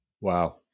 Wow